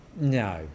no